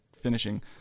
finishing